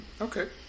Okay